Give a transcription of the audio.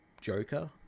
joker